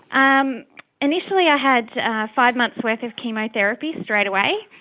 um um initially i had five months' worth of chemotherapy and straight away,